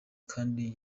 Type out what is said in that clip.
kandi